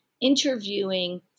interviewing